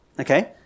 okay